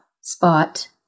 spot